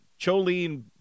choline